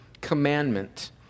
commandment